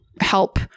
help